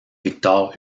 victor